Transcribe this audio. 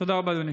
תודה רבה, אדוני.